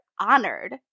honored